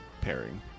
pairing